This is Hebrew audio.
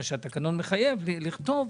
מה שהתקנון מחייב לכתוב,